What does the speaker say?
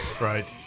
Right